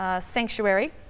sanctuary